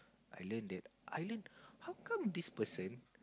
I learn that I learn how come this person